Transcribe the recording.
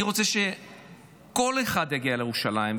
אני רוצה שכל אחד יגיע לירושלים.